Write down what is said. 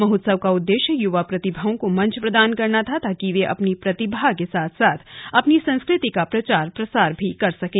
महोत्सव का उद्देश्य युवा प्रतिभाओं को मंच प्रदान करना था ताकि वे अपनी प्रतिभा के साथ साथ अपनी संस्कृति का प्रचार प्रसार भी कर सकें